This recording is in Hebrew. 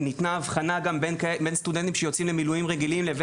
ניתנה הבחנה בין סטודנטים שיוצאים למילואים רגילים לבין